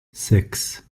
six